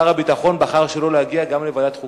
שר הביטחון בחר שלא להגיע גם לוועדת חוקה.